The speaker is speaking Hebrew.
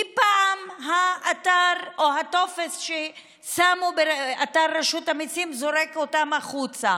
כי פעם האתר או הטופס ששמו באתר רשות המיסים זורק אותם החוצה,